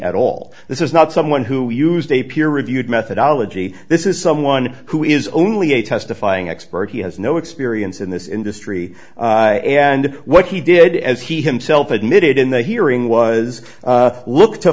at all this is not someone who used a peer reviewed methodology this is someone who is only a testifying expert he has no experience in this industry and what he did as he himself admitted in the hearing was look to